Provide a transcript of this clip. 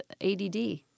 ADD